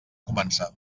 començar